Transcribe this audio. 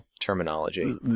terminology